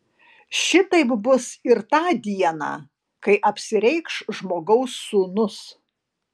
šitaip bus ir tą dieną kai apsireikš žmogaus sūnus